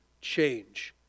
change